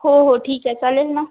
हो हो ठीक आहे चालेल ना